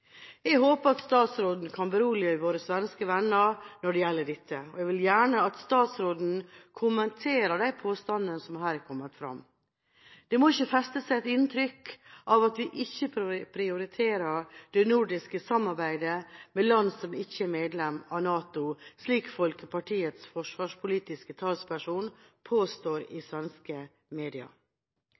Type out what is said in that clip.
Jeg håper statsråden kan berolige våre svenske venner når det gjelder dette, og jeg vil gjerne at statsråden kommenterer de påstandene som her kommer fram. Det må ikke feste seg et inntrykk av at vi ikke prioriterer det nordiske samarbeidet med land som ikke er medlem av NATO, slik Folkpartiets forsvarspolitiske talsperson påstår i svenske medier.